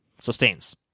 Sustains